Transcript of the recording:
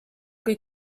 kui